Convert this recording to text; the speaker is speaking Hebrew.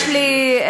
יש לי,